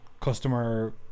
customer